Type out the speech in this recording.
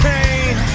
Pain